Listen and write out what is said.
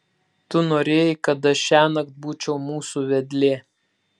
tu norėjai kad aš šiąnakt būčiau mūsų vedlė